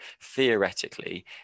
theoretically